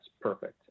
perfect